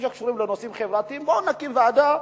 חוקים שקשורים לנושאים חברתיים, בואו נקים ועדה.